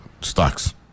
stocks